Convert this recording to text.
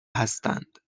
هستند